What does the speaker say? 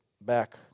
back